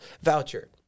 voucher